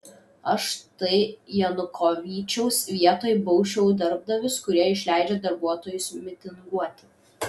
aš tai janukovyčiaus vietoj bausčiau darbdavius kurie išleidžia darbuotojus mitinguoti